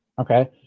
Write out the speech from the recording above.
Okay